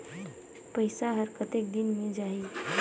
पइसा हर कतेक दिन मे जाही?